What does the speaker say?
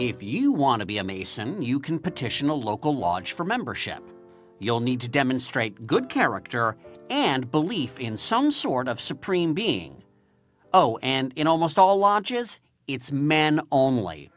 if you want to be a mason you can petition the local laws for membership you'll need to demonstrate good character and belief in some sort of supreme being oh and in almost all lodges it's men only